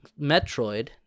Metroid